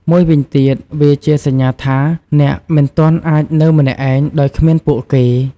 មួយវិញទៀត វាជាសញ្ញាថា អ្នកមិនទាន់អាចនៅម្នាក់ឯង ដោយគ្មានពួកគេ។